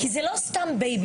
כי זה לא סתם בייביסיטר.